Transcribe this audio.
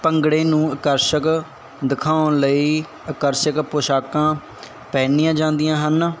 ਭੰਗੜੇ ਨੂੰ ਅਕਰਸ਼ਕ ਦਿਖਾਉਣ ਲਈ ਅਕਰਸ਼ਕ ਪੌਸ਼ਾਕਾਂ ਪਹਿਨੀਆਂ ਜਾਂਦੀਆਂ ਹਨ